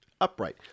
upright